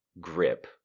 grip